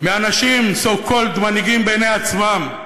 מאנשים so called מנהיגים בעיני עצמם,